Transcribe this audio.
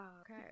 Okay